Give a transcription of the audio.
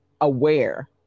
aware